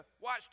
watch